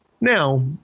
now